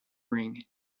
ring